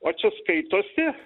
o čia skaitosi